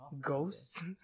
ghosts